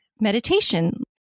meditation